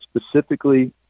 specifically